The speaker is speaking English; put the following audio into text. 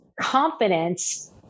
confidence